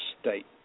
state